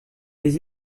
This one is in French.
les